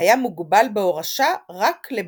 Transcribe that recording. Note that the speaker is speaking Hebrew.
היה מוגבל בהורשה רק לבנים.